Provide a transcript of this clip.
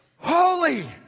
Holy